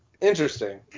interesting